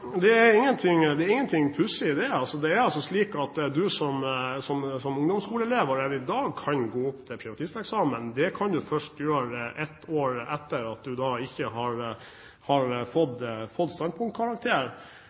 Det er ingenting pussig i det. Det er altså slik at du som ungdomsskoleelev allerede i dag kan gå opp til privatisteksamen. Det kan du først gjøre ett år etter at du ikke har